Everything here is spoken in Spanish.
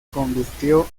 convirtió